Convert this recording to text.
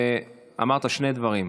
ואמרת שני דברים.